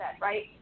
right